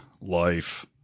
life